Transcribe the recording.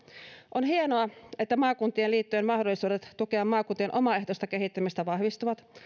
on hienoa että maakuntien liittojen mahdollisuudet tukea maakuntien omaehtoista kehittymistä vahvistuvat